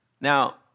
Now